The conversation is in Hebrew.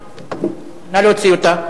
נא להוציא אותה.